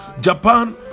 Japan